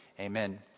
Amen